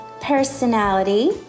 personality